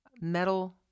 metal